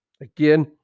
Again